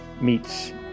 meets